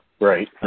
Right